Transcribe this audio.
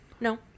No